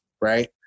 Right